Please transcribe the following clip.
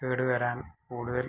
കേട് വരാൻ കൂടുതൽ